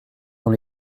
dans